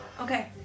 Okay